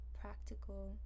practical